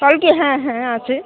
কালকে হ্যাঁ হ্যাঁ আছে